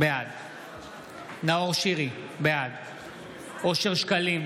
בעד נאור שירי, בעד אושר שקלים,